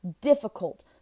difficult